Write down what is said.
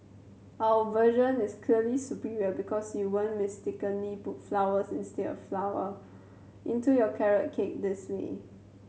our version is clearly superior because you won't mistakenly put flowers instead of flour into your carrot cake this way